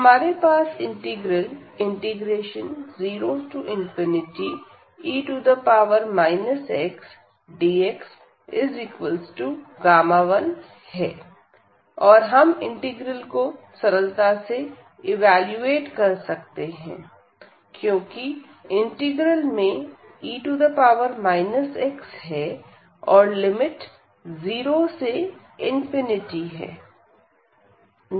तो हमारे पास इंटीग्रल 0e xdx1 है और हम इंटीग्रल को सरलता से इवेलुएट कर सकते हैं क्योंकि इंटीग्रल में e x है और लिमिट 0 से है